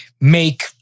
make